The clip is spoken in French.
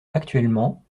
actuellement